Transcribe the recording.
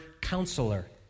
counselor